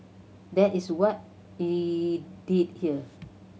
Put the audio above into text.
that is what did here